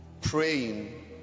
praying